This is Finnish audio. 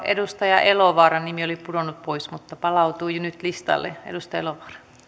edustaja elovaaran nimi pudonnut pois mutta palautui nyt listalle edustaja